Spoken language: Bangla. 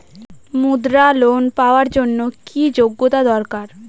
মুদ্রা লোন পাওয়ার জন্য কি যোগ্যতা দরকার?